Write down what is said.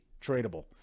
tradable